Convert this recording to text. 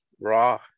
raw